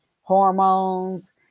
hormones